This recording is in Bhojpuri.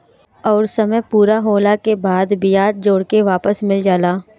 अउर समय पूरा होला के बाद बियाज जोड़ के वापस मिल जाला